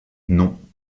non